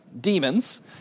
demons